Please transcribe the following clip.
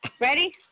Ready